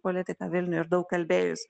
politika vilniuj ir daug kalbėjus